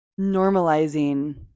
normalizing